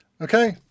Okay